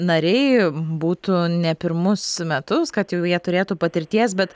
nariai būtų ne pirmus metus kad jau jie turėtų patirties bet